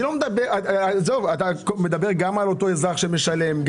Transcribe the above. אתה מדבר גם על האזרח שמשלם.